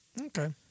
Okay